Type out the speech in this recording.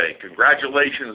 Congratulations